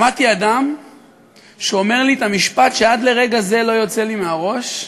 שמעתי אדם שאומר לי את המשפט שעד לרגע זה לא יוצא לי מהראש: